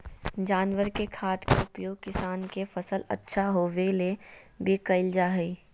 जानवर के खाद के उपयोग किसान के फसल अच्छा होबै ले भी कइल जा हइ